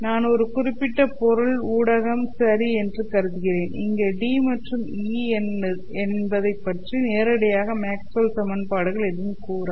நான் ஒரு குறிப்பிட்ட பொருள் ஊடகம் சரி என்று கருதுகிறேன் இங்கே D' மற்றும் E' என்ன என்பதைப்பற்றி நேரிடையாக மேக்ஸ்வெல் சமன்பாடுகள் எதுவும் கூறாது